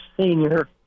senior –